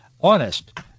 honest